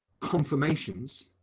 confirmations